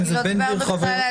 אני מודה לך על